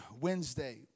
Wednesday